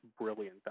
brilliant